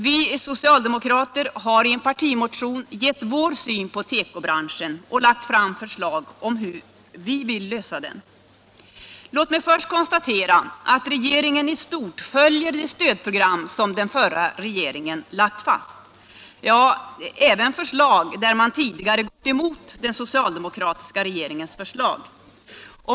Vi socialdemokrater har i en partimotion gett vår syn på tekobranschen och lagt fram våra förslag till lösningar. Låt mig först konstatera att regeringen i stort följer det stödprogram som den förra regeringen lade fast — ja, den följer även förslag där man tidigare har gått emot den socialdemokratiska regeringen.